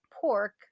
pork